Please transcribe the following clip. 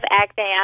acting